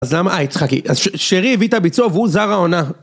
אז למה... אה, הצחקי. שרי הביא את הביצוע והוא זר העונה.